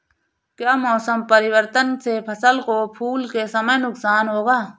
क्या मौसम परिवर्तन से फसल को फूल के समय नुकसान होगा?